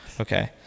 Okay